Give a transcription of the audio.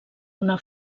una